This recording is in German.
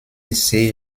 see